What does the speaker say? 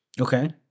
Okay